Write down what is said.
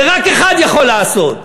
זה רק אחד יכול לעשות.